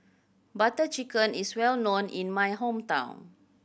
Butter Chicken is well known in my hometown